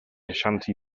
ashanti